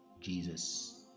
Jesus